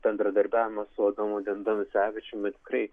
bendradarbiavimas su domu danusevičiumi tikrai